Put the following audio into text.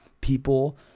People